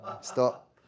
Stop